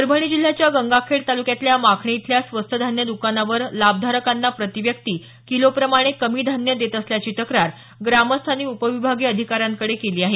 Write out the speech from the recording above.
परभणी जिल्ह्याच्या गंगाखेड तालुक्यातल्या माखणी इथल्या स्वस्त धान्य द्कानावर लाभधारकांना प्रतिव्यक्ती किलोप्रमाणे कमी धान्य देत असल्याची तक्रार ग्रामस्थांनी उपविभागीय अधिकाऱ्याकडे केली आहे